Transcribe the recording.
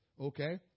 Okay